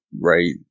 right